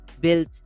built